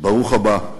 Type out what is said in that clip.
ברוך הבא.